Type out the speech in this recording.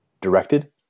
directed